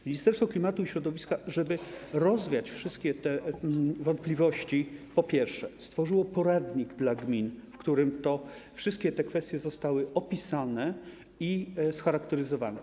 Ministerstwo Klimatu i Środowiska, żeby rozwiać wszystkie te wątpliwości, stworzyło poradnik dla gmin, w którym wszystkie te kwestie zostały opisane i scharakteryzowane.